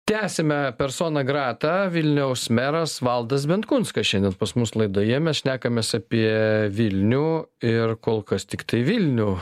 tęsiame personą greta vilniaus meras valdas benkunskas šiandien pas mus laidoje mes šnekamės apie vilnių ir kol kas tiktai vilnių